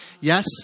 Yes